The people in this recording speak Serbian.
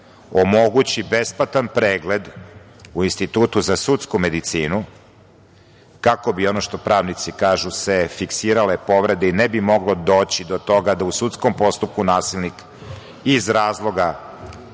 omogući besplatan pregled u Institutu za sudsku medicinu, kako bi ono što pravnici kažu se fiksirale povrede i ne moglo doći do toga da u sudskom postupku nasilnik iz razloga